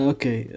Okay